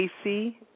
AC